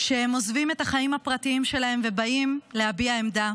שהם עוזבים את החיים הפרטיים שלהם ובאים להביע עמדה,